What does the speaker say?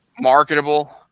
Marketable